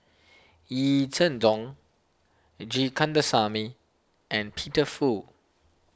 Yee Jenn Jong G Kandasamy and Peter Fu